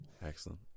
excellent